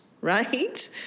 right